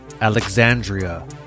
Alexandria